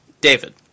David